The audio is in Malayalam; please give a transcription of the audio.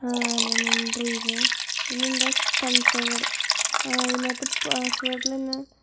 ആഹ് ഞാൻ എൻ്റർ ചെയ്തെ ഇനി എന്താ കൺഫേം കോട് ആഹ് ഇതിനകത്ത് പാസ്വേഡ്ലെന്നെ